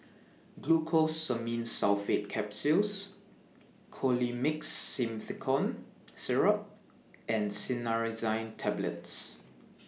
Glucosamine Sulfate Capsules Colimix Simethicone Syrup and Cinnarizine Tablets